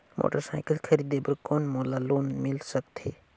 Motorcycle खरीदे बर कौन मोला लोन मिल सकथे?